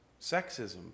sexism